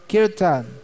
Kirtan